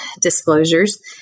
disclosures